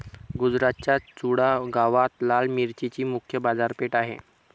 गुजरातच्या चुडा गावात लाल मिरचीची मुख्य बाजारपेठ आहे